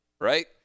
right